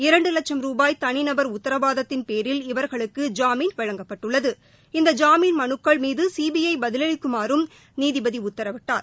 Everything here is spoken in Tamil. இரண்டு லட்சும் ரூபாய் தனிநபர் உத்தரவாதத்தின் பேரில் இவர்களுக்கு ஜாமீன் வழங்கப்பட்டுள்ளது இந்த ஜாமீன் மனுக்கள் மீது சிபிஐ பதிலளிக்குமாறும் நீதிபதி உத்தரவிட்டார்